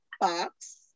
box